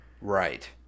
Right